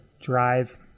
drive